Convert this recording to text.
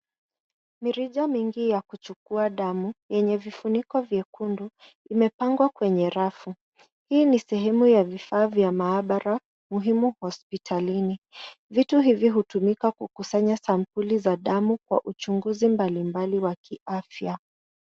Mirija mingi ya kuchukua damu yenye vifuniko vyekundu imepangwa kwenye rafu. Hii ni sehemu ya vifaa vya maabara muhimu hospitalini. Vitu hivi hutumika kukusanya sampuli za damu kwa uchunguzi mbalimbali wa kiafya.